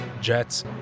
Jets